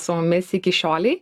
su mumis iki šiolei